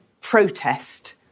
protest